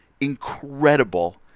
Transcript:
incredible